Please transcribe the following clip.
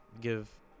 give